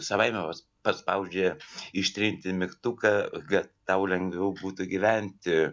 savaime vos paspaudžia ištrinti mygtuką kad tau lengviau būtų gyventi